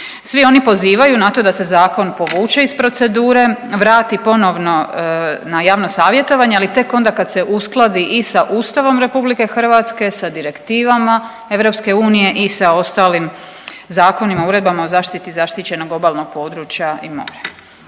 Svi oni pozivaju na to da se zakon povuče iz procedure, vrati ponovno na javno savjetovanje, ali tek onda kad se uskladi i sa Ustavom RH, sa direktivama EU i sa ostalim zakonima i uredbama o zaštiti zaštićenog obalnog područja i mora.